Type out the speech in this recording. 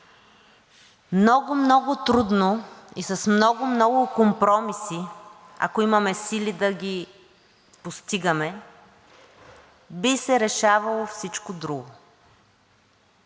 много, много трудно и с много, много компромиси, ако имаме сили да ги постигаме, би се решавало всичко друго.